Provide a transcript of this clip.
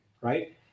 right